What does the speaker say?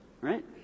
Right